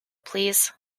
please